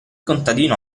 contadino